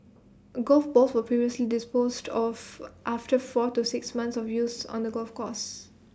golf balls were previously disposed of after four to six months of use on the golf course